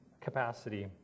capacity